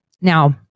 Now